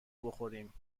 بخوریم